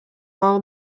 all